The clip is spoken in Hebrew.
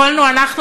יכולנו אנחנו,